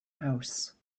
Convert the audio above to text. house